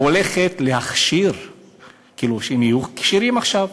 היא הולכת להכשיר כאילו שהם יהיו כשרים עכשיו.